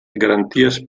garanties